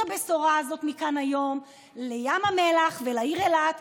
הבשורה הזאת מכאן היום לים המלח ולעיר אילת,